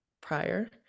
prior